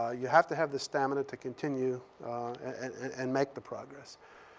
ah you have to have the stamina to continue and make the progress.